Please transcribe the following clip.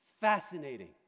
Fascinating